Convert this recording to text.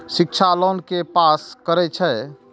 शिक्षा लोन के पास करें छै?